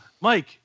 Mike